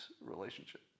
relationship